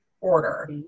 order